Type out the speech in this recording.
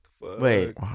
Wait